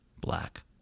black